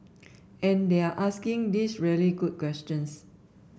and they're asking these really good questions